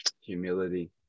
humility